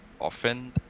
often